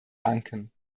danken